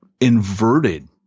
inverted